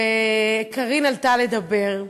וקארין עלתה לדבר.